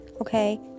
okay